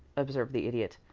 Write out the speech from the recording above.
observed the idiot.